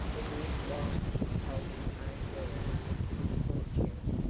the new squire told his own girl of the good fortune,